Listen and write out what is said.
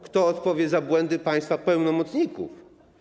Kto odpowie za błędy państwa pełnomocników?